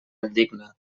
valldigna